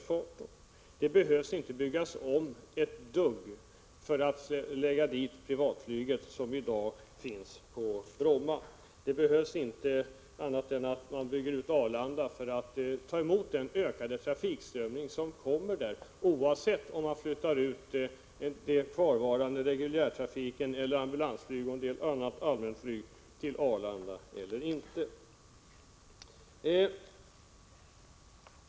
Flygplatsen behöver inte byggas om ett dugg för att man dit skall kunna förlägga det privatflyg som i dag finns på Bromma. Det enda som fordras är att man bygger ut Arlanda, för att där ta emot den ökade trafiktillströmning som uppstår, oavsett om man flyttar ut den kvarvarande reguljärtrafiken, ambulansflyget och en del annat allmänflyg till Arlanda eller inte.